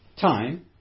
time